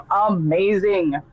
amazing